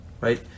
Right